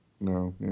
No